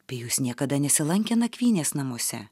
pijus niekada nesilankė nakvynės namuose